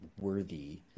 worthy